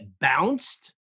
bounced